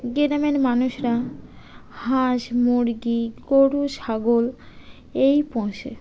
গ্রামের মানুষরা হাঁস মুরগি গরু ছাগল এই পোষে